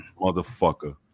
Motherfucker